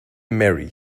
merry